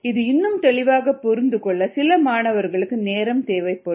இது இன்னும் தெளிவாக புரிந்துகொள்ள சில மாணவர்களுக்கு நேரம் தேவைப்படும்